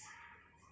for what